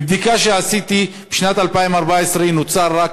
מבדיקה שעשיתי, בשנת 2014 נוצלו רק